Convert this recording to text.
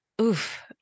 oof